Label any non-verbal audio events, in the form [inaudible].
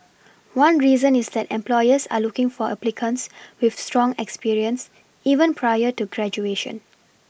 [noise] one reason is that employers are looking for applicants with strong experience even prior to graduation